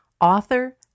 author